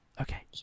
Okay